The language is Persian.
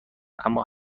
اما